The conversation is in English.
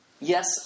Yes